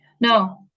No